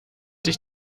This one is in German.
dich